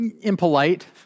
impolite